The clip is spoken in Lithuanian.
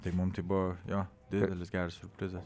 tai mum tai buvo jo didelis geras siurprizas